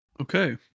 Okay